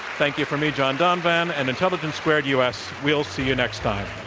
thank you from me, john donvan, and intelligence squared u. s. we'll see you next time.